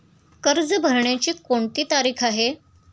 कर्ज भरण्याची कोणती तारीख आहे?